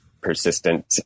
persistent